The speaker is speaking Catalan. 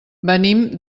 venim